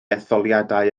etholiadau